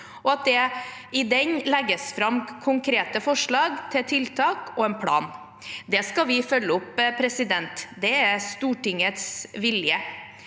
og at det i den legges fram konkrete forslag til tiltak og en plan. Det skal vi følge opp. Det er Stortingets vilje.